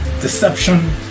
deception